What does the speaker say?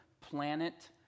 planet